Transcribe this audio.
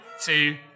two